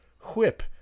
whip